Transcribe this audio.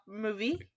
movie